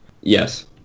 Yes